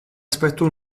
aspetto